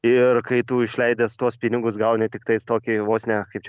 ir kai tu išleidęs tuos pinigus gauni tiktais tokį vos ne kaip čia